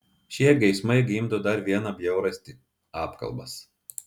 šie geismai gimdo dar vieną bjaurastį apkalbas